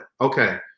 Okay